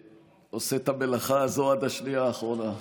שעושה את המלאכה הזאת עד השנייה האחרונה.